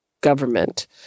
government